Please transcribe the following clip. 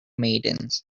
maidens